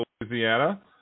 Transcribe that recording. Louisiana